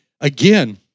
again